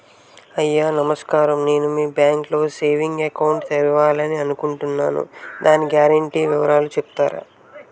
అయ్యా నమస్కారం నేను మీ బ్యాంక్ లో సేవింగ్స్ అకౌంట్ తెరవాలి అనుకుంటున్నాను దాని గ్యారంటీ వివరాలు చెప్తారా?